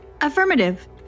Affirmative